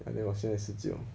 ah then 我现在十九